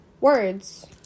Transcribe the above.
words